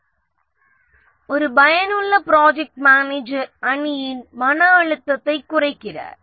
ஒரு செயல்திறனுள்ள project manager அணியின் மன அழுத்தத்தை குறைக்கிறார்